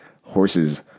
horses